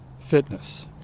fitness